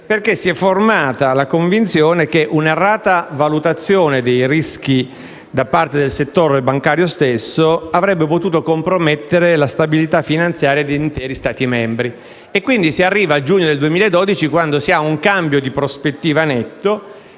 perché si è formata la convinzione che un'errata valutazione dei rischi da parte del settore bancario stesso avrebbe potuto compromettere la stabilità finanziaria degli Stati membri. Quindi si arriva al giugno del 2012, quando si ha un cambio di prospettiva netto